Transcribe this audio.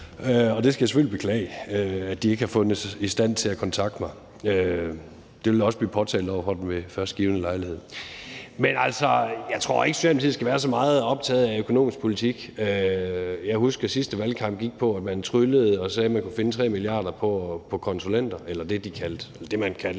Jeg skal selvfølgelig beklage, at de ikke har fundet sig i stand til at kontakte mig. Det vil også blive påtalt over for dem ved førstgivne lejlighed. Men altså, jeg tror ikke, at Socialdemokratiet skal være så optaget af økonomisk politik. Jeg husker, at sidste valgkamp gik på, at man tryllede og sagde, at man kunne finde 3 mia. kr. på konsulenter – eller det, man kaldte